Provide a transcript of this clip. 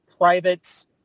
private